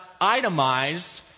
itemized